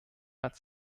hat